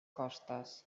costes